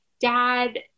dad